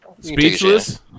speechless